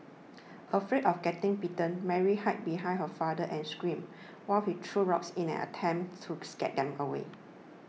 afraid of getting bitten Mary hid behind her father and screamed while he threw rocks in an attempt to scare them away